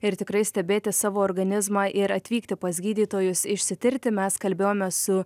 ir tikrai stebėti savo organizmą ir atvykti pas gydytojus išsitirti mes kalbėjome su